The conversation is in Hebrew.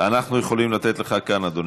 אנחנו יכולים לתת לך כאן, אדוני.